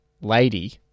lady